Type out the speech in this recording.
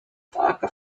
taka